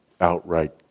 outright